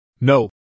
No